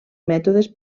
mètodes